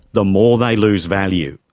the more they lose value.